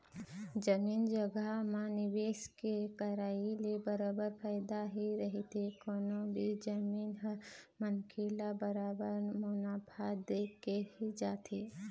जमीन जघा म निवेश के करई ले बरोबर फायदा ही रहिथे कोनो भी जमीन ह मनखे ल बरोबर मुनाफा देके ही जाथे